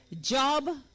Job